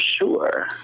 sure